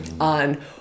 on